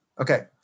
Okay